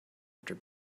after